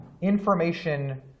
information